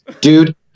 Dude